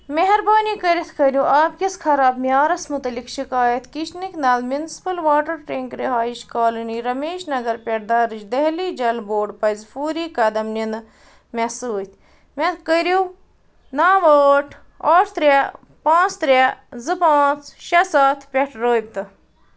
مہربٲنی کٔرِتھ کٔرِو آبکِس خراب معیارس متعلق شکایت کِچنٕکۍ نَل میُنسِپٕل واٹر ٹینٛک رِہایِش کالنی رمیشنگر پٮ۪ٹھ درج دہلی جل بورڈ پَزِ فوٗری قدم نِنہٕ مےٚ سۭتۍ مےٚ کٔرو نَو ٲٹھ ٲٹھ ترٛےٚ پانٛژھ ترٛےٚ زٕ پانٛژھ شےٚ سَتھ پٮ۪ٹھ رٲبطہٕ